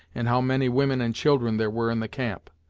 and how many women and children there were in the camp.